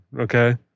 okay